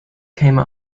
came